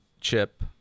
chip